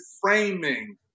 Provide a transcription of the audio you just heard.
framing